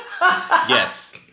Yes